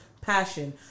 passion